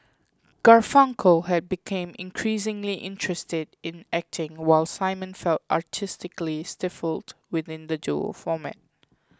Garfunkel had became increasingly interested in acting while Simon felt artistically stifled within the duo format